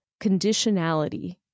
conditionality